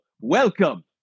Welcome